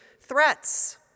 Threats